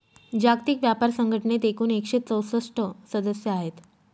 जागतिक व्यापार संघटनेत एकूण एकशे चौसष्ट सदस्य आहेत